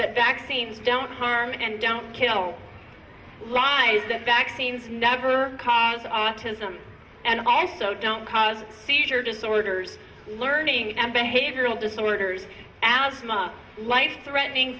that vaccines don't harm and don't kill lies the vaccines never cause autism and also don't cause seizure disorders learning and behavioral disorders als not life threatening